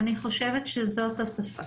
אני חושבת שזו השפה.